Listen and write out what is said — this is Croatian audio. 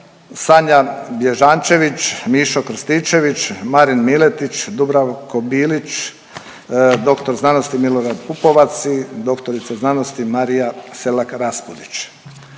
Sanja Bježančević, Mišo Krstičević, Marin Miletić, Dubravko Bilić, dr. sc. Milorad Pupovac i dr. sc. Marija Selak Raspudić.